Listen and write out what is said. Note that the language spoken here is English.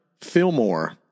Fillmore